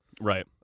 Right